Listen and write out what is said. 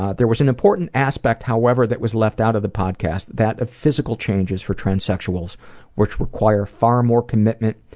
ah there was an important aspect, however, that was left out of the podcast, that of physical changes for transsexuals which require far more commitment,